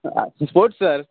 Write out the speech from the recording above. sports sir